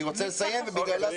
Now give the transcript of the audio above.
אני רוצה לסיים את דבריי.